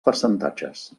percentatges